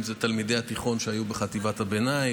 אם זה תלמידי התיכון שהיו בחטיבת הביניים,